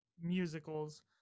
musicals